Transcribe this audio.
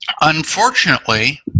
unfortunately